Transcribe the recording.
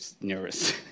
nervous